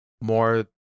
more